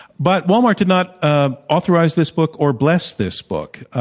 but walmart did not ah authorize this book or bless this book.